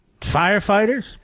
firefighters